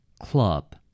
club